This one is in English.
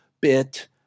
bit